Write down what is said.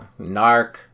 narc